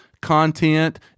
content